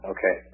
Okay